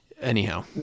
Anyhow